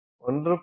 1